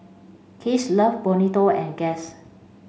Kiehl's Love Bonito and Guess